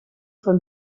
von